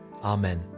Amen